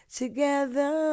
together